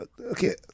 Okay